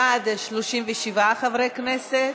בעד, 37 חברי כנסת,